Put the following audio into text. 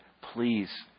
please